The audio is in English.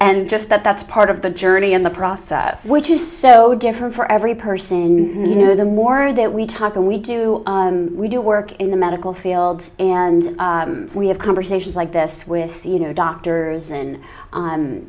and just that that's part of the journey in the process which is so different for every person in the more that we talk and we do we do work in the medical field and we have conversations like this with you know doctors